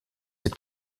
est